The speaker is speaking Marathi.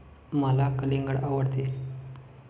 मला कलिंगड आवडते